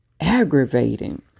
aggravating